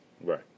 Right